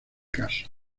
caso